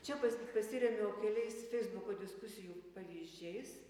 čia pasi pasirėmiau keliais feisbuko diskusijų pavyzdžiais